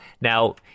Now